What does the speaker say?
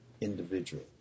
Individual